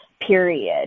period